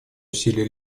усилия